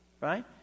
Right